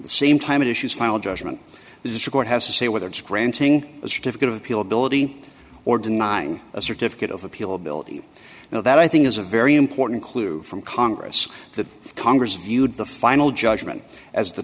the same time issues final judgment this court has to say whether it's granting a certificate of appeal ability or denying a certificate of appeal ability now that i think is a very important clue from congress that congress viewed the final judgment as the